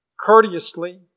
courteously